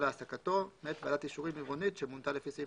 להעסקתו מאת ועדת אישורים עירונית שמונתה לפי סעיף